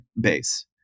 base